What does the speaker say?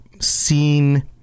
seen